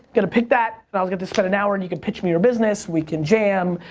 gonna pick that and i was get to spend an hour and you could pitch me your business, we can jam,